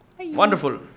Wonderful